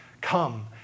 Come